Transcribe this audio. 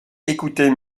écoutez